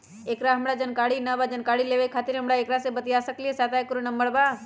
एकर हमरा जानकारी न बा जानकारी लेवे के खातिर हम केकरा से बातिया सकली ह सहायता के कोनो नंबर बा?